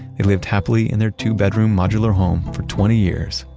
they lived happily in their two bedroom modular home for twenty years,